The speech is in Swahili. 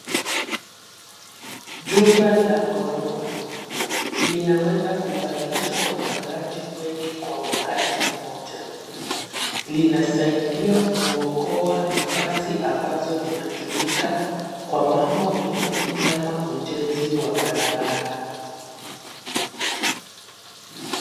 Jumba la gorofa linaweza kupangisha wapangaji wengi kwa wakati mmoja. Linasaidia kuokoa nafasi ambazo zinatumika kwa mambo mengine kama ujenzi wa barabara.